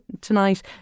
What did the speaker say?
tonight